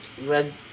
red